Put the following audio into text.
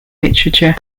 literature